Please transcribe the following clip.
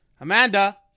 Amanda